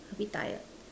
a bit tired